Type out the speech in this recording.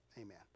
amen